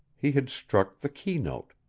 he had struck the key-note.